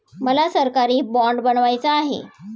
मला सरकारी बाँड बनवायचा आहे